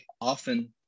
often